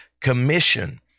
commission